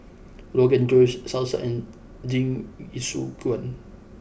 Rrogan Josh Salsa and Jingisukan